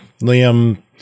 Liam